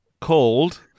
called